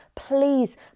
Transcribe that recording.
Please